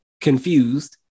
confused